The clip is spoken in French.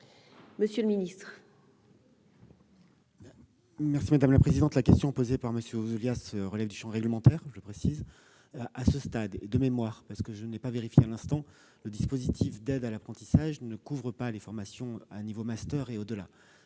M. le ministre délégué. La question que pose M. Ouzoulias relève du champ réglementaire, je le précise. À ce stade, et de mémoire, parce que je ne l'ai pas vérifié à l'instant, le dispositif d'aide à l'apprentissage ne couvre pas les formations de niveau master et au-delà.